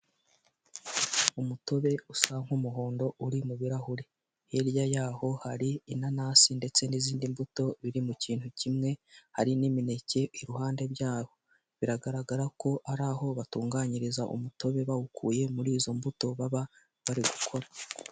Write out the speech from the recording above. Umutobe usa nk'umuhondo uri mu birahuri, hirya y'aho hari inanasi ndetse n'izindi mbuto biri mu kintu kimwe, hari n'imineke iruhande rwaho biragaragara ko ari aho batunganyiriza umutobe bawukuye muri izo mbuto baba bari gukora.